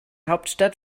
hauptstadt